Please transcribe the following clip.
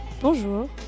Bonjour